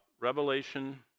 Revelation